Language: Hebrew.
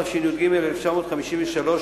התשי"ג 1953,